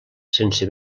sense